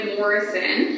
Morrison